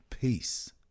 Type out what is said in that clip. peace